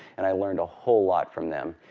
and i learned a whole lot from them.